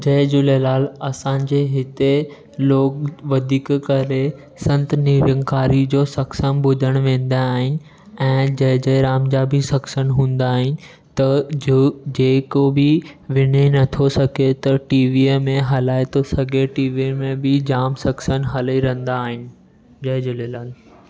जय झूलेलाल असांजे हिते लोग वधीक करे संत निरंकारी जो सत्संगु ॿुधण वेंदा आहिनि ऐं जय जय राम जा बि सत्संगु हूंदा आहिनि त जो जेको बि वञे नथो सघे त टीवीअ में हलाए थो सघे टीवीअ में बि जामु सत्संग हली रहंदा आहिनि जय झूलेलाल